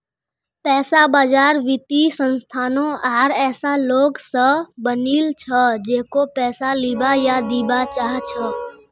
पैसा बाजार वित्तीय संस्थानों आर ऐसा लोग स बनिल छ जेको पैसा लीबा या दीबा चाह छ